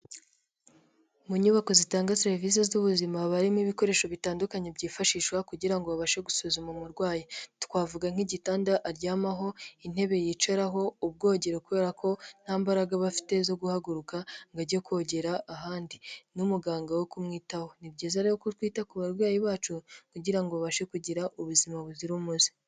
Mu nyubako zitanga serivisi z'ubuzima haba harimo ibikoresho bitandukanye byifashishwa kugira babashe gusuzuma umurwayi. Twavuga nk'igitanda aryamaho, intebe yicaraho, ubwogero kubera ko nta mbaraga aba afite zo guhaguruka ngo ajye kogera ahandi, n'umuganga wo kumwitaho. Ni byiza rero ko twita ku barwayi bacu kugira ngo babashe kugira ubuzima buzira umuze.